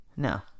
No